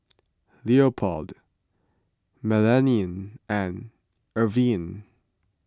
Leopold Melanie and Irvine